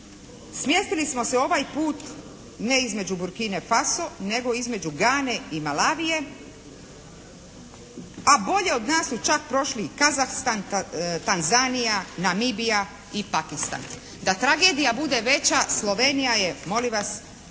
Smjestili smo se ovaj put ne između Burkine Paso nego između Gane i Malavije, a bolje od nas su čak prošli i Kazahstan, Tanzanija, Namibija i Pakistan. Da tragedija bude veća Slovenija je molim vas